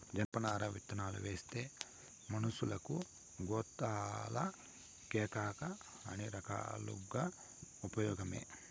జనపనార విత్తనాలువేస్తే మనషులకు, గోతాలకేకాక అన్ని రకాలుగా ఉపయోగమే